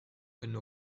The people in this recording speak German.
können